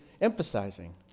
emphasizing